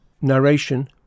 Narration